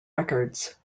records